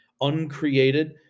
uncreated